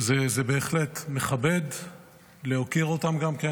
זה בהחלט מכבד להוקיר אותם גם כן